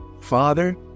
Father